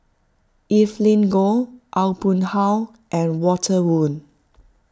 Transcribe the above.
Evelyn Goh Aw Boon Haw and Walter Woon